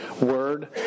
word